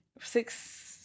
six